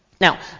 Now